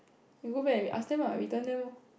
you go back and we ask them lah return them loh